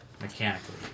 mechanically